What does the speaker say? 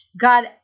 God